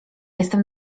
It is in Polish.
jestem